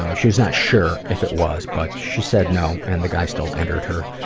ah she's not sure if it was but she said no and the guy still entered her.